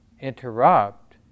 interrupt